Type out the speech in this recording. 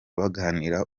baganira